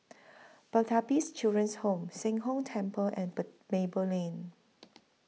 Pertapis Children's Home Sheng Hong Temple and Per Maple Lane